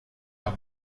are